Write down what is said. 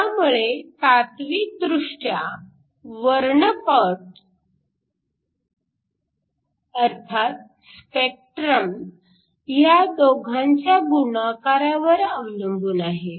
त्यामुळे तात्विक दृष्ट्या वर्णपट अर्थात स्पेक्ट्रम ह्या दोघांच्या गुणाकारावर अवलंबून आहे